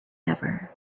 ever